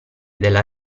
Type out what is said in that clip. della